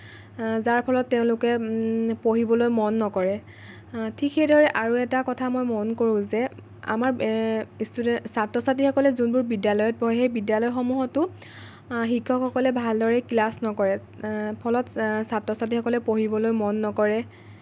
যাৰ ফলত তেওঁলোকে পঢ়িবলৈ মন নকৰে ঠিক সেইদৰে আৰু এটা কথা মই মন কৰোঁ যে আমাৰ ছাত্ৰ ছাত্ৰীসকলে যোনবোৰ বিদ্যালয়ত পঢ়ে সেই বিদ্যালয়সমূহতো শিক্ষকসকলে ভাল দৰে ক্লাছ নকৰে ফলত ছাত্ৰ ছাত্ৰীসকলে পঢ়িবলৈ মন নকৰে